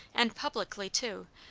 and publicly too,